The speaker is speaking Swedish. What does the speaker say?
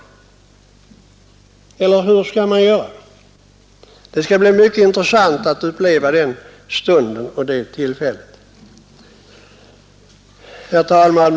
Hur skall man göra? Det skall bli mycket intressant att uppleva den stunden. Herr talman!